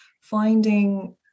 finding